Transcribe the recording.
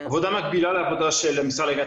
זאת עבודה מקבילה לעבודה של המשרד להגנת